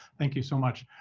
thank you so much.